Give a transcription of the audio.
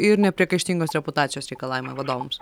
ir nepriekaištingos reputacijos reikalavimai vadovams